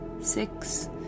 six